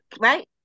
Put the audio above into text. right